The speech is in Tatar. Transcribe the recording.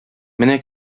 менә